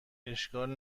اشکال